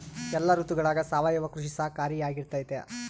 ಎಲ್ಲ ಋತುಗಳಗ ಸಾವಯವ ಕೃಷಿ ಸಹಕಾರಿಯಾಗಿರ್ತೈತಾ?